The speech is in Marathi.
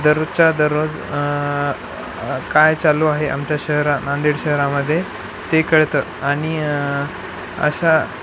दररोजच्या दररोज काय चालू आहे आमच्या शहरात नांदेड शहरामध्ये ते कळतं आणि अशा